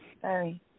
sorry